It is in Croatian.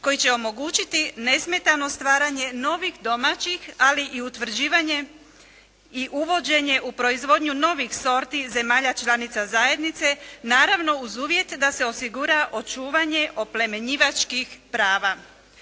koji će omogućiti nesmetano stvaranje novih domaćih, ali i utvrđivanje i uvođenje u proizvodnju novih sorti zemalja članica zajednice naravno uz uvjet da se osigura očuvanje oplemenjivačkih prava.